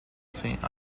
saint